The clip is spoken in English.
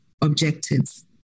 objectives